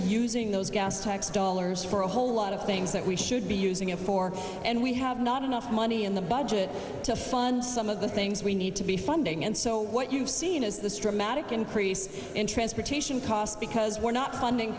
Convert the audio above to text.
using those gas tax dollars for a whole lot of things that we should be using it for and we have not enough money in the budget to fund some of the things we need to be funding and so what you've seen is the street magic increase in transportation costs because we're not funding